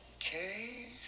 Okay